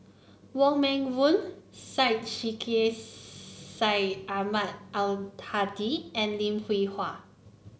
Wong Meng Voon Syed Sheikh Syed Ahmad Al Hadi and Lim Hwee Hua